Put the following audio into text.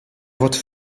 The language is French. votre